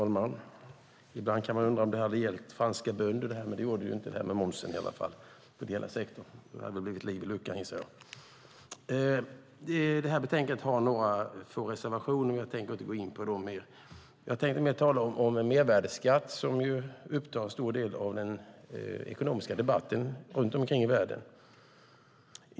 Herr talman! Man kan undra hur det skulle ha varit om det här hade gällt franska bönder i stället för momsen och den ideella sektorn. Då hade det blivit liv i luckan, gissar jag! Det här betänkandet har några få reservationer, och jag tänker inte gå in på dem. Jag tänker tala om mervärdesskatt som upptar en stor del av den ekonomiska debatten runt omkring i världen.